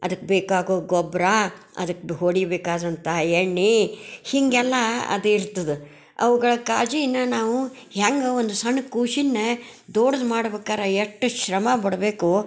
ಅದಕ್ಕೆ ಬೇಕಾಗೋ ಗೊಬ್ಬರ ಅದಕ್ಕೆ ಹೊಡಿಬೇಕಾದಂತಹ ಎಣ್ಣೆ ಹೀಗೆಲ್ಲಾ ಅದು ಇರ್ತದೆ ಅವುಗಳ ಕಾಳಜಿ ಇನ್ನು ನಾವು ಹ್ಯಾಂಗ ಒಂದು ಸಣ್ಣ ಕೂಸನ್ನೆ ದೊಡ್ದು ಮಾಡ್ಬೇಕಾದ್ರೆ ಎಷ್ಟು ಶ್ರಮಪಡಬೇಕು